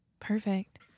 Perfect